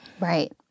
Right